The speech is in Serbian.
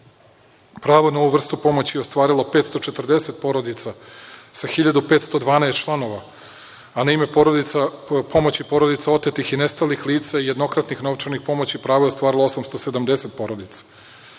pravo na ovu vrstu pomoći je ostvarilo 540 porodica sa 1.512 članova, a na ime pomoći porodica otetih i nestalih lica i jednokratnih novčanih pomoći pravo je ostvarilo 870 porodica.